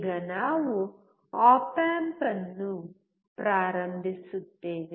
ಈಗ ನಾವು op amp ಅನ್ನು ಪ್ರಾರಂಭಿಸುತ್ತೇವೆ